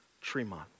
Tremont